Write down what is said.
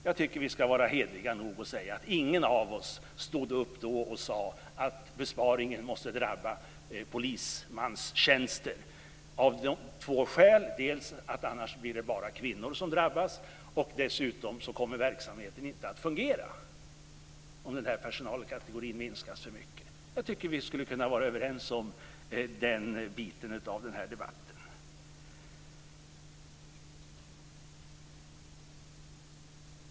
Jag tycker att vi skall vara hederliga nog och säga att ingen av oss stod upp och sade att besparingen måste drabba polismanstjänster. Det fanns två skäl: Annars skulle bara kvinnor drabbas, och dessutom skulle verksamheten inte fungera om den här personalkategorin minskades för mycket. Jag tycker att vi skulle kunna vara överens om den delen av den här debatten.